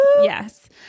yes